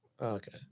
Okay